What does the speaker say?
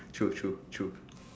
true true true